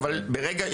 בנפרד.